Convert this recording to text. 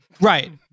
Right